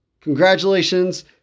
Congratulations